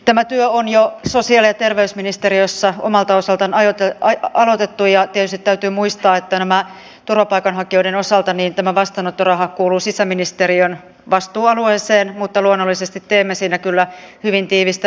tämä työ on jo sosiaali ja terveysministeriössä omalta osaltaan aloitettu ja tietysti täytyy muistaa että turvapaikanhakijoiden osalta tämä vastaanottoraha kuuluu sisäministeriön vastuualueeseen mutta luonnollisesti teemme siinä kyllä hyvin tiivistä yhteistyötä